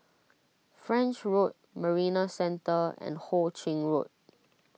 French Road Marina Centre and Ho Ching Road